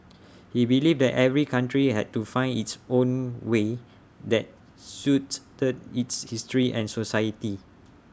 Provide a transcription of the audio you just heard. he believed that every country had to find its own way that suits the its history and society